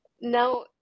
now